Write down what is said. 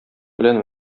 белән